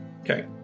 okay